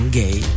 gay